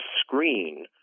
screen